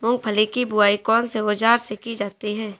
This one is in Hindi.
मूंगफली की बुआई कौनसे औज़ार से की जाती है?